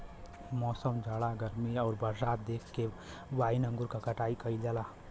मौसम, जाड़ा गर्मी आउर बरसात देख के वाइन अंगूर क कटाई कइल जाला